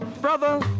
Brother